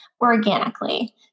organically